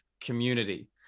community